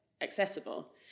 accessible